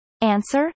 Answer